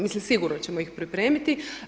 Mislim sigurno ćemo ih pripremiti.